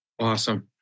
Awesome